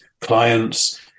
clients